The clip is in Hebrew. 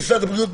ממשרד הבריאות,